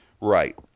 Right